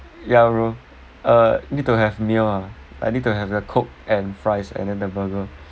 ya bro uh need to have meal lah I need to have the coke and fries and then the burger